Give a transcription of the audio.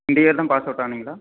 இந்த இயர் தான் pass out ஆனீங்களா